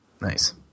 Nice